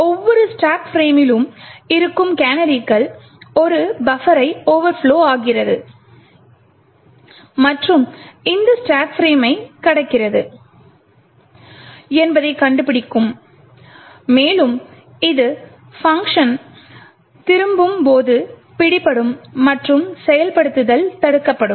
ஒவ்வொரு ஸ்டேக் ஃபிரேமிலும் இருக்கும் கேனரிகள் ஒரு பஃபரை ஓவர்ப்லொ ஆகிறது மற்றும் அந்த ஸ்டேக் ஃபிரேமைக் கடக்கிறது என்பதைக் கண்டுபிடிக்கும் மேலும் இது பங்க்ஷன் திரும்பும் போது பிடிபடும் மற்றும் செயல்படுத்துதல் தடுக்கப்படும்